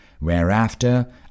Whereafter